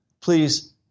Please